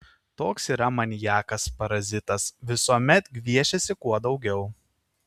toks yra maniakas parazitas visuomet gviešiasi kuo daugiau